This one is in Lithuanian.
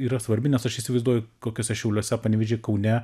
yra svarbi nes aš įsivaizduoju kokiuose šiauliuose panevėžy kaune